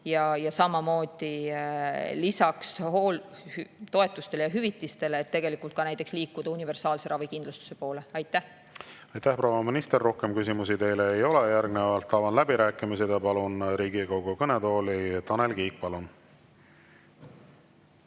ja samamoodi lisaks toetustele ja hüvitistele liikuda tegelikult näiteks universaalse ravikindlustuse poole. Aitäh, proua minister! Rohkem küsimusi teile ei ole. Järgnevalt avan läbirääkimised ja palun Riigikogu kõnetooli Tanel Kiige. Palun!